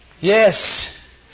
Yes